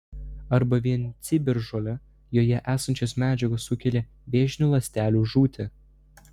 arba vien ciberžole joje esančios medžiagos sukelia vėžinių ląstelių žūtį